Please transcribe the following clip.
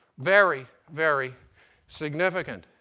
very, very significant.